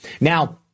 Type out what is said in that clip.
Now